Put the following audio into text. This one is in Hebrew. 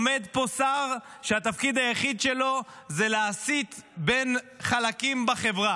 עומד פה שר שהתפקיד היחיד שלו זה להסית בין חלקים בחברה,